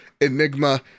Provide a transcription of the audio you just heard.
Enigma